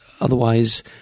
otherwise